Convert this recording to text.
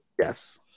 Yes